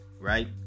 right